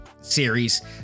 series